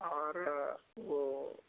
और वो